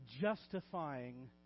Justifying